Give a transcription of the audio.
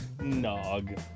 Nog